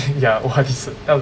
ya O_R_D certificate 要